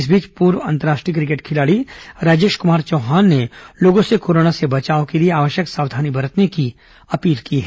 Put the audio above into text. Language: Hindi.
इस बीच पूर्व अंतर्राष्ट्रीय क्रिकेट खिलाड़ी राजेश कुमार चौहान ने लोगों से कोरोना से बचाव के लिए आवश्यक सावधानी बरतने की अपील की है